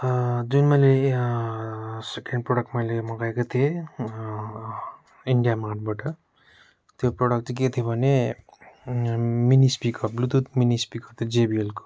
जुन मैले second product मैले मगाएको थिएँ इन्डिया मार्टबाट त्यो प्रोडक्ट चाहिँ के थियो भने मिनिस्पिकर ब्लुतुथ मिनिस्पिकर थियो जेबिएलको